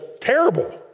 terrible